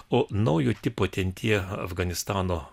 o naujo tipo ten tie afganistano